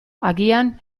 agian